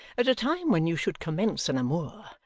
at a time when you should commence an amour,